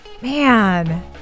man